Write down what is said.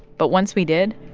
but once we did.